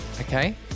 okay